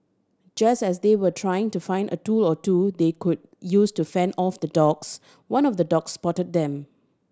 just as they were trying to find a tool or two they could use to fend off the dogs one of the dogs spotted them